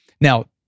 Now